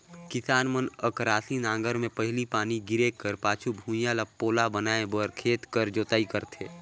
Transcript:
किसान मन अकरासी नांगर मे पहिल पानी गिरे कर पाछू भुईया ल पोला बनाए बर खेत कर जोताई करथे